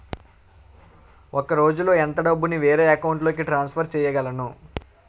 ఒక రోజులో ఎంత డబ్బుని వేరే అకౌంట్ లోకి ట్రాన్సఫర్ చేయగలను?